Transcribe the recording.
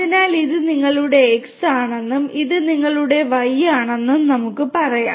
അതിനാൽ ഇത് നിങ്ങളുടെ X ആണെന്നും ഇത് നിങ്ങളുടെ Y ആണെന്നും നമുക്ക് പറയാം